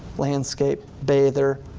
landscape, bather,